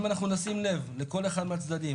אם אנחנו נשים לב לכל אחד מהצדדים,